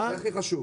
זה הכי חשוב.